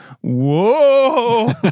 whoa